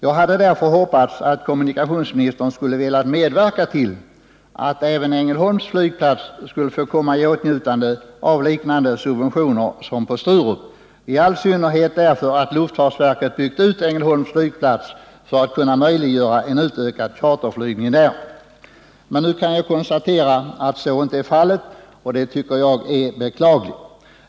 Jag hade hoppats att kommunikationsministern skulle ha velat medverka till att även Ängelholms flygplats får komma i åtnjutande av subventioner liknande dem som kommer Sturups flygplats till del, i all synnerhet eftersom tuftfartsverket byggt ut Ängelholms flygplats för att möjliggöra en utökning av chartertrafiken. Nu kan jag konstatera att så inte är fallet, vilket är beklagligt.